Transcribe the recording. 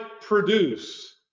produce